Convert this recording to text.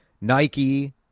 nike